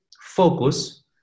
focus